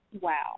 Wow